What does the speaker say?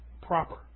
proper